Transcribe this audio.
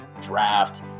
draft